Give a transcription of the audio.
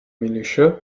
militia